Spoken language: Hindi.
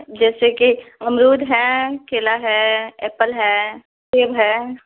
जैसे कि अमरूद है केला है एप्पल है सेब है